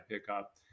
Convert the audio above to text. pickup